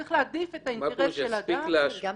צריך להעדיף את האינטרס של אדם --- מה פירוש יפסיק להשפיע?